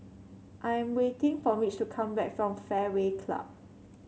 I am waiting for Mitch to come back from Fairway Club